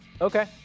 Okay